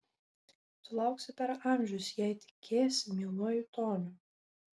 tu lauksi per amžius jei tikėsi mieluoju toniu